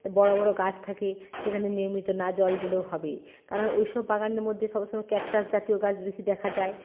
বড় বড় গাছ থাকে সেখানে নিয়মিত না জল দিলেও হবে কারণ ওই সব বাগানের মধ্যে সব সময় ক্যাকটাস জাতীয় গাছ বেশি দেখা যায়